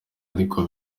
ariko